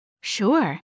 Sure